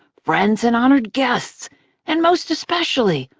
friends and honored guests and most especially,